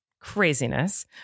craziness